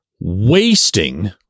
wasting